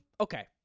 Okay